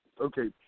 Okay